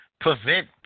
prevent